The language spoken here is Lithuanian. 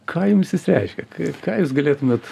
ką jums jis reiškia ką ką jūs galėtumėt